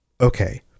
Okay